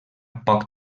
poc